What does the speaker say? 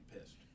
pissed